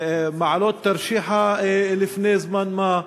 במעלות-תרשיחא לפני זמן מה.